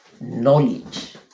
knowledge